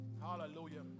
Hallelujah